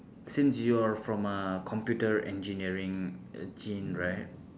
since you are from a computer engineering gene right